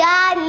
God